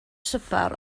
swper